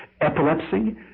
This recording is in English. epilepsy